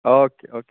okay okay